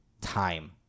time